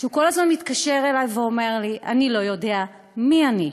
שכל הזמן מתקשר אלי ואומר לי: אני לא יודע מי אני.